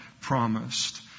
promised